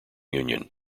union